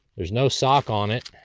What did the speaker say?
there's no sock on it.